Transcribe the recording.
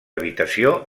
habitació